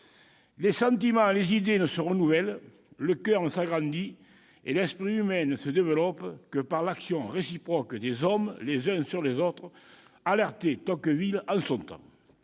Les sentiments et les idées ne se renouvellent, le coeur ne s'agrandit et l'esprit humain ne se développe que par l'action réciproque des hommes les uns sur les autres », alertait déjà Tocqueville en son temps.